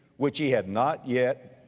which he had not yet,